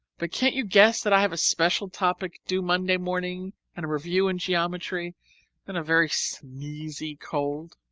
but can't you guess that i have a special topic due monday morning and a review in geometry and a very sneezy cold?